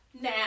Now